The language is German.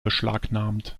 beschlagnahmt